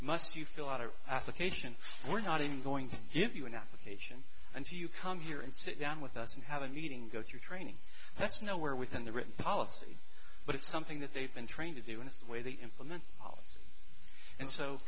must you fill out an application we're not even going to give you an application and you come here and sit down with us and have a meeting go through training that's nowhere within the written policy but it's something that they've been trained to do and it's the way they implement